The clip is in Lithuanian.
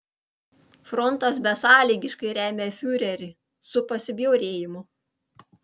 frontas besąlygiškai remia fiurerį su pasibjaurėjimu